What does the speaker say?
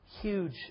Huge